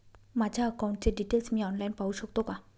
माझ्या अकाउंटचे डिटेल्स मी ऑनलाईन पाहू शकतो का?